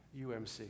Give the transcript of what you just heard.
UMC